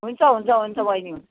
हुन्छ हुन्छ हुन्छ बहिनी हुन्छ